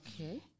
Okay